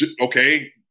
okay